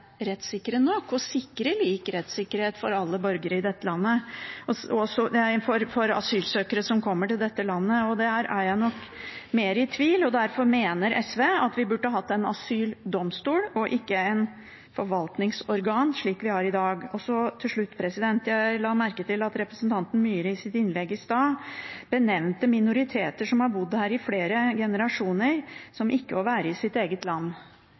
rettssikre nok, og om de sikrer lik rettssikkerhet for asylsøkere som kommer til dette landet, og der er jeg nok mer i tvil. Derfor mener SV at vi burde hatt en asyldomstol og ikke et forvaltningsorgan slik vi har i dag. Så til slutt: Jeg la merke til at representanten Myhre i sitt innlegg i stad benevnte minoriteter som har bodd her i flere generasjoner, som ikke å være i sitt eget land.